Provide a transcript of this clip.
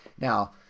now